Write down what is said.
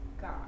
God